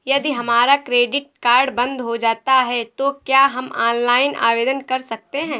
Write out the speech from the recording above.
यदि हमारा credit card बंद हो जाता है तो क्या हम ऑनलाइन आवेदन कर सकते हैं?